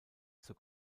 zur